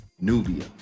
Nubia